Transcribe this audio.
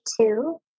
two